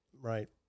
right